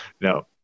no